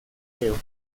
video